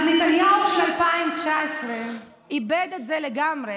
נתניהו של 2019 איבד את זה לגמרי.